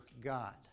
God